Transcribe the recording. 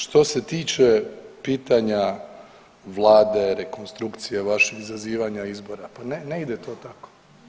Što se tiče pitanja vlade, rekonstrukcije, vaših zazivanja izbora, pa ne ide to tako.